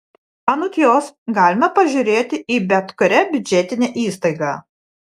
anot jos galima pažiūrėti į bet kurią biudžetinę įstaigą